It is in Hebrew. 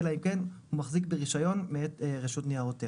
אלא אם כן הוא מחזיק ברישיון שניתן מאת הרשות לניירות ערך,